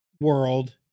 world